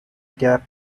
gap